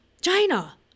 China